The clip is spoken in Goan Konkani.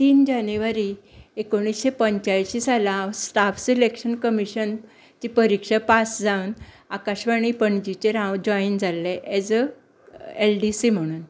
तीन जानेवरी एकुणशे पंच्यायशीं सालांत हांव स्टाफ सिलेक्शन कमिशनची परिक्षा पास जावन आकाशवाणी पणजीचेर हांव जोयन जाल्लें as a L D C म्हणून